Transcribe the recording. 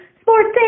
sports